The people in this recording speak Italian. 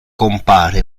compare